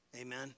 Amen